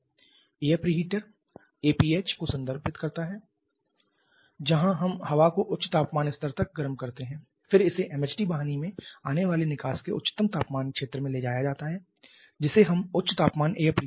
APH air pre heater को संदर्भित करता है जहां हम हवा को उच्च तापमान स्तर तक गर्म करते हैं फिर इसे MHD वाहिनी से आने वाले निकास के उच्चतम तापमान क्षेत्र में ले जाया जाता है जिसे हम उच्च तापमान एयर प्री हीटर कहते हैं